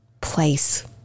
place